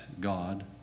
God